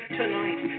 tonight